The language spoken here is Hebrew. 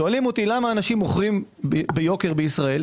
שואלים אותי למה אנשים מוכרים ביוקר בישראל.